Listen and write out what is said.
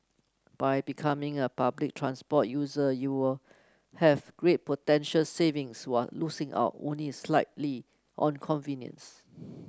by becoming a public transport user you will have great potential savings one losing out only slightly on convenience